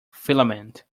filament